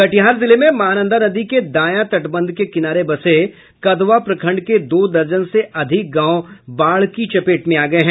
कटिहार जिले में महानंदा नदी के दायां तटबंध के किनारे बसे कदवा प्रखंड के दो दर्जन से अधिक गांव बाढ़ की चपेट में आ गये हैं